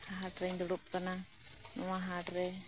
ᱦᱟᱴ ᱨᱮᱧ ᱫᱩᱲᱩᱵ ᱠᱟᱱᱟ ᱱᱚᱶᱟ ᱦᱟᱴ ᱨᱮ